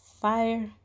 fire